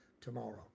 tomorrow